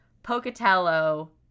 Pocatello